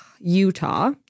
Utah